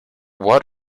what